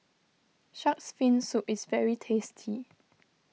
Shark's Fin Soup is very tasty